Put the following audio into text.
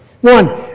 One